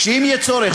כך שאם יהיה צורך,